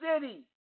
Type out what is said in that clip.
city